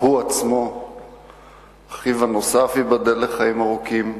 הוא עצמו ואחיו הנוסף, ייבדל לחיים ארוכים.